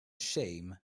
shame